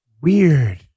Weird